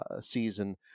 season